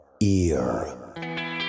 ear